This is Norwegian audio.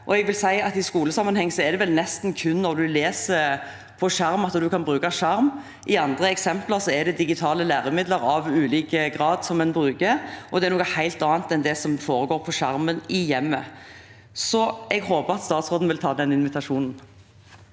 i skolesammenheng er det vel nesten kun når en leser på skjerm, at en kan bruke skjerm. I andre eksempler er det digitale læremidler av ulik grad en bruker, og det er noe helt annet enn det som foregår på skjermen i hjemmet. Jeg håper at statsråden vil ta imot den invitasjonen.